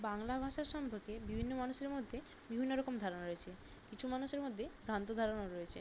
বাংলা ভাষা সম্পর্কে বিভিন্ন মানুষের মধ্যে বিভিন্ন রকম ধারণা রয়েছে কিছু মানুষের মধ্যে ভ্রান্ত ধারণাও রয়েছে